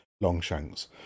Longshanks